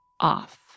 off